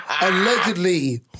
Allegedly